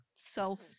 Self